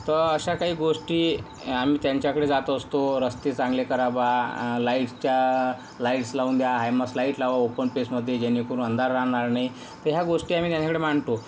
तर अशा काही गोष्टी आम्ही त्यांच्याकडे जात असतो रस्ते चांगले करा बा लाईट्सच्या लाईट्स लावून द्या हायमास्ट लाईट लावा ओपन पेसमध्ये जेणेकरून अंधार राहणार नाही तर ह्या गोष्टी आम्ही त्यांच्याकडे मांडतो